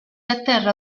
atterra